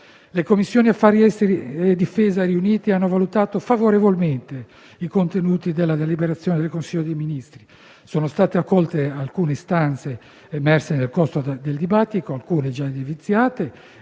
Le Commissioni affari esteri e difesa riunite hanno valutato favorevolmente i contenuti della deliberazione del Consiglio dei ministri. Sono state accolte alcune istanze emerse nel corso del dibattito, alcune già evidenziate.